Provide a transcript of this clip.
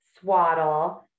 swaddle